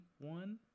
one